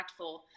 impactful